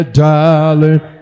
darling